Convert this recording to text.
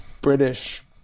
British